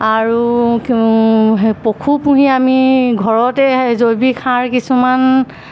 আৰু পশু পুহি আমি ঘৰতে জৈৱিক সাৰ কিছুমান